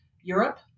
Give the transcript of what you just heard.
Europe